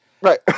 Right